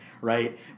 right